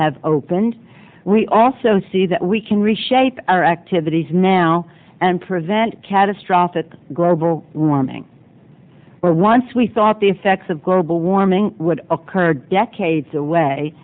have opened we also see that we can reshape our activities now and prevent catastrophic global warming where once we thought the effects of global warming would occur decades away